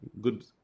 good